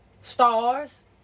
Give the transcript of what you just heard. Stars